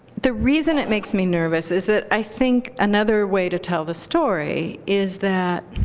the reason it makes me nervous is that i think another way to tell the story is that